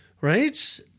Right